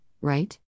right